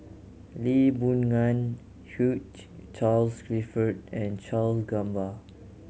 Lee Boon Ngan Hugh Charles Clifford and Charle Gamba